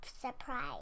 surprise